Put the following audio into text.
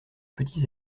petits